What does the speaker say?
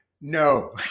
No